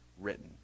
written